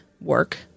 work